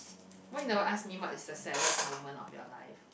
why you never ask me what is the saddest moment of your life